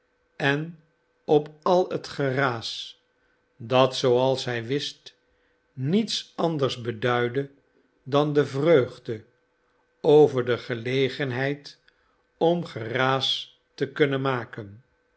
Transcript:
en op al het geraas dat zooals hij wist niets anders beduidde dan de vreugde over de gelegenheid om geraas te kunnen maken